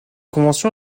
convention